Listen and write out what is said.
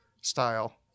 style